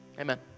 Amen